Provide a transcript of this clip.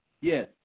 Yes